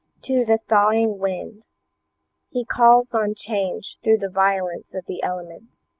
to the thawing wind he calls on change through the violence of the elements.